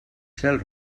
cel